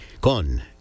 con